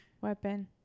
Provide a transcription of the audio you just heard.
weapon